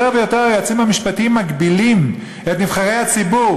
יותר ויותר היועצים המשפטיים מגבילים את נבחרי הציבור,